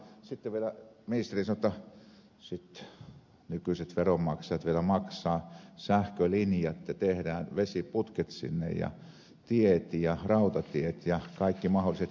sitten vielä ministeri sanoi että nykyiset veronmaksajat vielä maksavat sähkölinjat ja tehdään vesiputket sinne ja tiet ja rautatiet ja kaikki mahdolliset vitkuttimet